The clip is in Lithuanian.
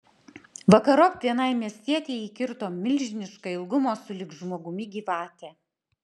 vakarop vienai miestietei įkirto milžiniška ilgumo sulig žmogumi gyvatė